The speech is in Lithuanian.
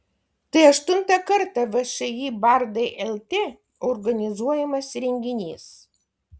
tai aštuntą kartą všį bardai lt organizuojamas renginys